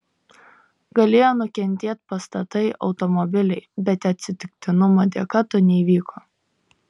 galėjo nukentėt pastatai automobiliai bet atsitiktinumo dėka to neįvyko